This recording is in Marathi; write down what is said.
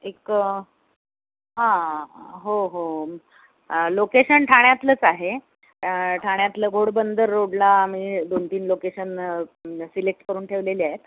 एक हां हो हो लोकेशण ठाण्यातलंच आहे ठाण्यातलं घोडबंदर रोडला आम्ही दोनतीन लोकेशन सिलेक्ट करून ठेवलेली आहेत